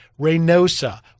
Reynosa